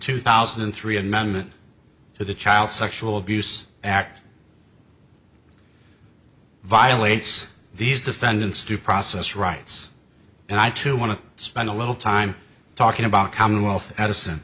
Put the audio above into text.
two thousand and three and none of the child sexual abuse act violates these defendants to process rights and i too want to spend a little time talking about commonwealth edison